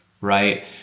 right